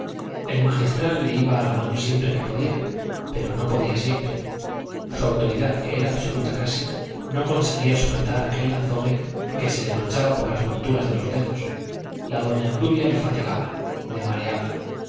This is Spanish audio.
el magistral le iba a la mano siempre que podía pero no podía siempre su autoridad que era absoluta casi no conseguía sujetar aquel azogue que se le marchaba por las junturas de los dedos la doña obdulita le fatigaba le mareaba